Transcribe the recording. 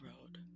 road